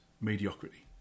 mediocrity